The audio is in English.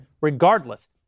regardless